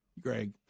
Greg